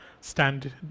stand